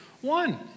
one